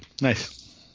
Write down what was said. nice